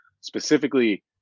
Specifically